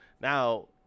now –